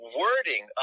wording